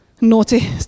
naughty